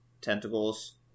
tentacles